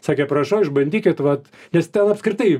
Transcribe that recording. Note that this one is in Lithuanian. sakė prašau išbandykit vat nes ten apskritai